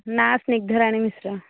ନାଁ ସ୍ନିଗ୍ଧାରାଣୀ ମିଶ୍ର